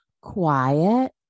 quiet